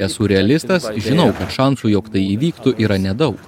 esu realistas žinau kad šansų jog tai įvyktų yra nedaug